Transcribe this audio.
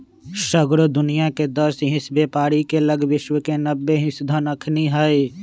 सगरो दुनियाँके दस हिस बेपारी के लग विश्व के नब्बे हिस धन अखनि हई